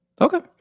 Okay